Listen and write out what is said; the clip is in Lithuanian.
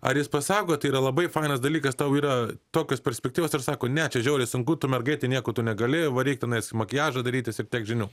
ar jis pasako tai yra labai fainas dalykas tau yra tokios perspektyvos ir sako ne čia žiauriai sunku tu mergaitė nieko tu negali varyk tenais makiažo darytis ir tiek žinių